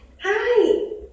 Hi